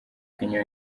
kenya